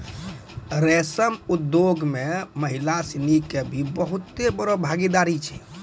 रेशम उद्योग मॅ महिला सिनि के भी बहुत बड़ो भागीदारी छै